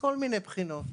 מכל מיני בחינות.